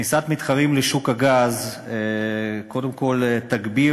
כניסת מתחרים לשוק הגז קודם כול תגביר